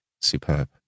superb